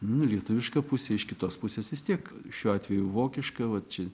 lietuviška pusė iš kitos pusės vis tiek šiuo atveju vokiška vat čia